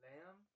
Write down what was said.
Lamb